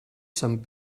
sant